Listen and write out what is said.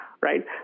right